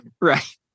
Right